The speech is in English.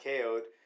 KO'd